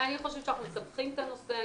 אני חושבת שאנחנו מסבכים את הנושא.